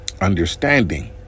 understanding